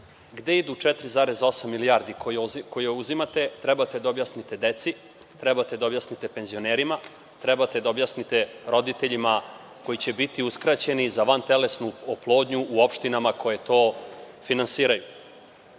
gde idu 4,8 milijardi koje uzimate. Treba da objasnite deci, treba da objasnite penzionerima, treba da objasnite roditeljima koji će biti uskraćeni za vantelesnu oplodnju u opštinama koje to finansiraju.